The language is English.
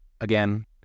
again